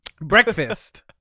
Breakfast